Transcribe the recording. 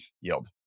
yield